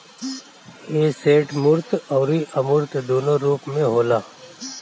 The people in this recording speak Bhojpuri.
एसेट मूर्त अउरी अमूर्त दूनो रूप में होला